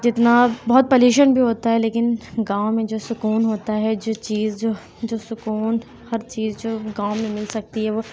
جتنا بہت پولیوشن بھی ہوتا ہے لیکن گاؤں میں جو سکون ہوتا ہے جو چیز جو سکون ہر چیز جو گاؤں میں مل سکتی ہے وہ